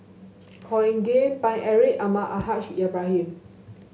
Khor Ean Ghee Paine Eric Almahdi Al Haj Ibrahim